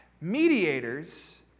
mediators